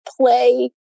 play